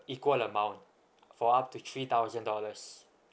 equal amount for up to three thousand dollars